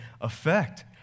effect